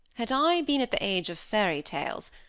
had i been at the age of fairy tales,